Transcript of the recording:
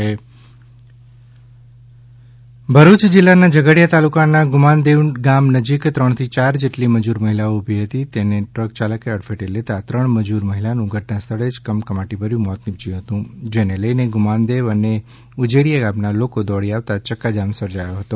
ત્રણ મહિલાના અકસ્માતમાં મોત ભરૂચ જિલ્લાના ઝઘડિયા તાલુકાના ગુમાનદેવ ગામ નજીક ત્રણથી ચાર જેટલી મજુર મહિલાઓ ઉભી હતી તેને ટ્રકયાલકે અડફેટે લેતા ત્રણ મજૂર મહિલાનું ઘટનાસ્થળે જ કમકમાટીભર્યું મોત નીપજયું હતું જેને લઇને ગુમાનદેવ અને ઉજેડીયા ગામના લોકો દોડી આવતા ચક્કાજામ સર્જાયો હતો